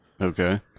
Okay